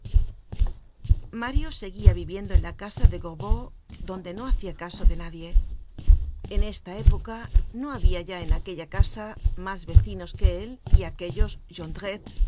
mario seguia viviendo en la casa de gorbeau donde no hacia caso de nadie en esta época no habia ya en aquella casa mas vecinos que él y aquellos jondrette por